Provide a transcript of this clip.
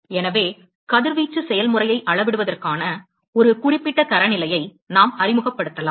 எனவே கதிர்வீச்சு செயல்முறையை அளவிடுவதற்கான ஒரு குறிப்பிட்ட தரநிலையை நாம் அறிமுகப்படுத்தலாம்